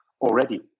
already